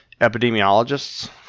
Epidemiologists